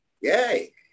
Yay